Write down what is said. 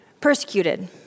persecuted